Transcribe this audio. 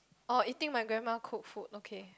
oh eating my grandma cooked food okay